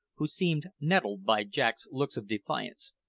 who seemed nettled by jack's looks of defiance.